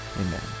amen